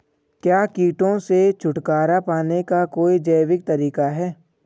क्या कीटों से छुटकारा पाने का कोई जैविक तरीका है?